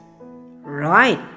Right